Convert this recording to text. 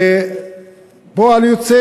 ופועל יוצא,